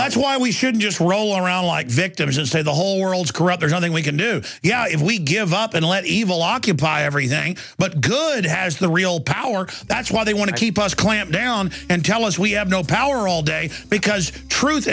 that's why we should just roll around like victims and say the whole world is corrupt there's nothing we can do yeah if we give up and let evil occupy everything but good has the real power that's why they want to keep us clamp down and tell us we have no power all day because truth